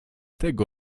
tego